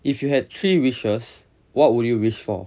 if you had three wishes what would you wish for